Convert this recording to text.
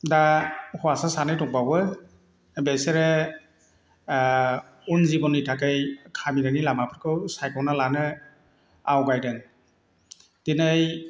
दा हौवासा सानै दंबावो बेसोरो उन जिबननि थाखै खामिनायनि लामाफोरखौ सायखनानै लानो आवगायदों दिनै